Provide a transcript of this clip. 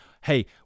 hey